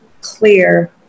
clear